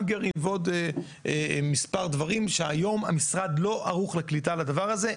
האנגרים ועוד מספר דברים שהיום המשרד לא ערוך לקליטה לדבר הזה,